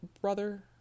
brother